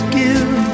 give